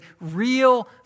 real